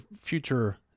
future